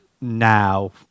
now